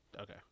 Okay